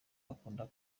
akunda